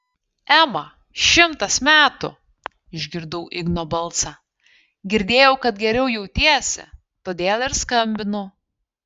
ema šimtas metų išgirdau igno balsą girdėjau kad geriau jautiesi todėl ir skambinu